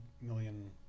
million